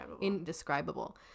indescribable